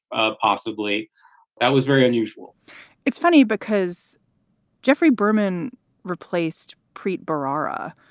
ah possibly that was very unusual it's funny because jeffrey berman replaced preet bharara,